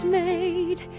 made